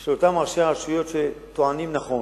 של אותם ראשי הרשויות שטוענים נכון.